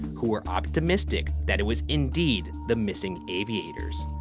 who were optimistic that it was indeed the missing aviators.